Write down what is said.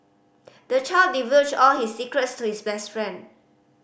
the child divulged all his secrets to his best friend